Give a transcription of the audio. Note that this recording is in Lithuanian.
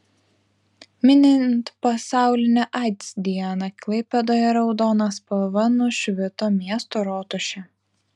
minint pasaulinę aids dieną klaipėdoje raudona spalva nušvito miesto rotušė